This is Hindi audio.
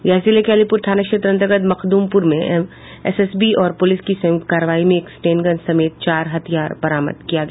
गया जिले के अलीपुर थाना क्षेत्र अंतर्गत मखदुमपुर में एसएसबी और पुलिस की संयुक्त कार्रवाई में एक स्टेनगन समेत चार हथियार बरामद किया गया